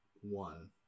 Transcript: one